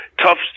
tough